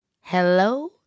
Hello